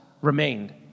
remained